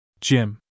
Jim